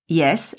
yes